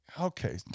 Okay